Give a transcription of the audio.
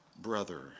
brother